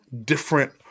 different